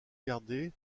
gardée